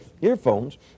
earphones